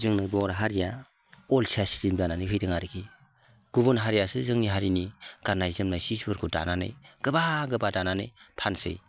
जोंनि बर' हारिया अलसियासिन जानानै फैदों आरोखि गुबुन हारियासो जोंनि हारिनि गान्नाय जोमनाय सिफोरखौ दानानै गोबा गोबा दानानै फानोसै